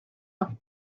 off